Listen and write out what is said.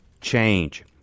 Change